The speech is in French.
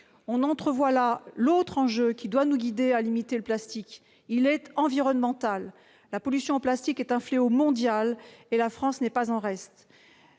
assiettes. Un autre enjeu doit donc nous inciter à limiter le plastique : l'enjeu environnemental. La pollution au plastique est un fléau mondial, et la France n'est pas en reste.